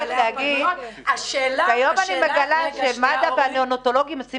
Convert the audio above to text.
היום אני מגלה שמד"א והניאונטולוגים עושים